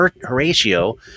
Horatio